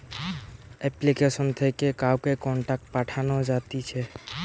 application থেকে কাউকে contact পাঠানো যাতিছে